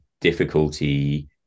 difficulty